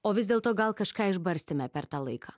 o vis dėlto gal kažką išbarstėme per tą laiką